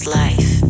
life